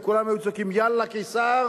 וכולם היו צועקים: יאללה קיסר,